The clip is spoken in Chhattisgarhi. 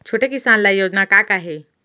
छोटे किसान ल योजना का का हे?